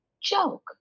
joke